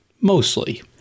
mostly